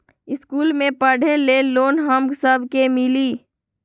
इश्कुल मे पढे ले लोन हम सब के मिली?